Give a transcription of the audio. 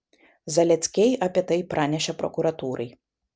zaleckiai apie tai pranešė prokuratūrai